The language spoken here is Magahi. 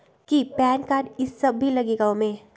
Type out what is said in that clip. कि पैन कार्ड इ सब भी लगेगा वो में?